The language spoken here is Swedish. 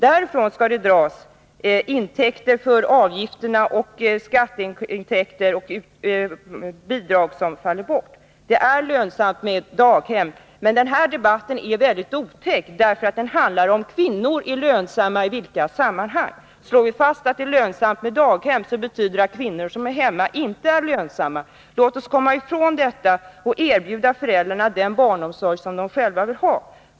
Därifrån skall dras intäkter i form av daghemsavgifter och skatter och bidrag som faller bort. Det är lönsamt med daghem, men den här debatten är väldigt otäck, därför att den handlar om huruvida kvinnor är lönsamma i viktiga sammanhang. Om vi slår fast att det är lönsamt med daghem, betyder det att kvinnor som är hemma inte är lönsamma. Låt oss komma ifrån detta och erbjuda föräldrarna den barnomsorg som de själva vill ha.